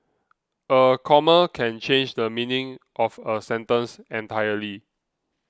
a comma can change the meaning of a sentence entirely